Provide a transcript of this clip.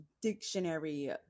dictionary